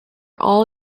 all